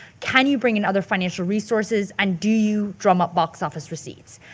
can you bring in other financial resources? and do you drum up box office receipts?